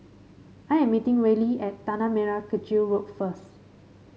I am meeting Reilly at Tanah Merah Kechil Road first